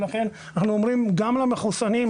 לכן אנחנו אומרים גם למחוסנים,